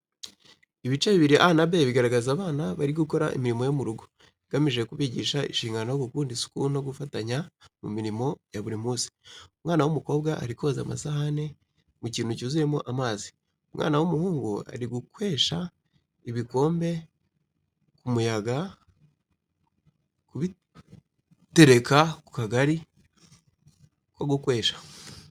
Ibice bibiri A na B bigaragaza abana bari gukora imirimo yo mu rugo, igamije kubigisha inshingano, gukunda isuku no gufatanya mu mirimo ya buri munsi. Umwana w’umukobwa ari koza amasahani mu kintu cyuzuyemo amazi. Umwana w’umuhungu ari gukwesha ibikombe ku muyaga kubitereka ku kagari ko gukwesha.